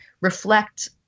reflect